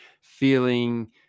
feeling